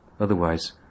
Otherwise